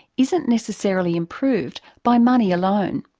isn't necessarily improved by money alone.